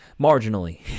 Marginally